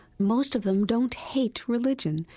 most of them don't hate religion.